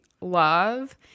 love